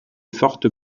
forte